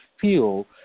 feel